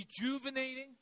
rejuvenating